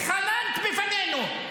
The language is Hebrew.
התחננת בפנינו.